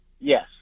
Yes